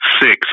six